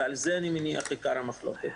על זה אני מניח עיקר המחלוקת,